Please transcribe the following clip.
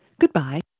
Goodbye